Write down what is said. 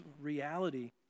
reality